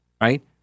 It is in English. right